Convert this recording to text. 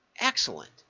Excellent